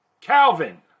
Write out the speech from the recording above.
Calvin